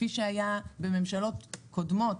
כפי שהיה בממשלות קודמות,